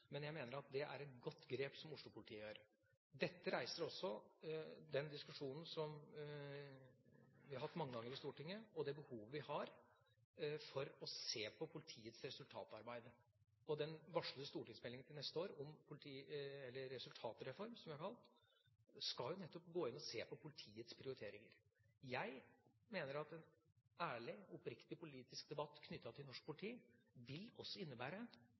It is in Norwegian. men jeg mener at det er et godt grep som Oslo-politiet gjør. Dette reiser også den diskusjonen som vi har hatt mange ganger i Stortinget, og det behovet vi har for å se på politiets resultatarbeid. Den varslede stortingsmeldingen til neste år – Resultatreformen, som vi har kalt den – skal nettopp gå inn og se på politiets prioriteringer. Jeg mener at en ærlig, oppriktig politisk debatt knyttet til norsk politi også vil innebære